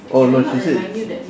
oh no she said